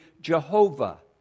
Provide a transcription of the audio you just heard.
Jehovah